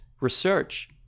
research